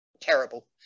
terrible